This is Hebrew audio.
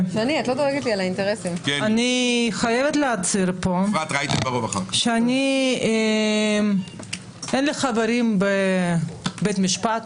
אני חייבת להצהיר פה שאין לי חברים בבית משפט,